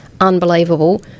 unbelievable